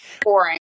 Boring